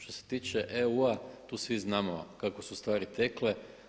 Što se tiče EU-a tu svi znamo kako su stvari tekle.